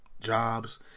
jobs